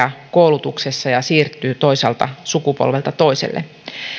koulutuksessa ja siirtyy toisaalta sukupolvelta toiselle